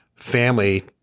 Family